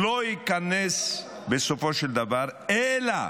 לא ייכנס בסופו של דבר, אלא